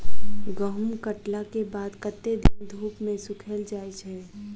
गहूम कटला केँ बाद कत्ते दिन धूप मे सूखैल जाय छै?